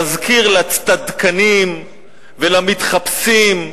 להזכיר לצטדקנים ולמתחפשים,